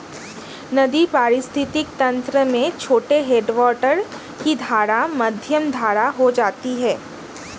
नदी पारिस्थितिक तंत्र में छोटे हैडवाटर की धारा मध्यम धारा हो जाती है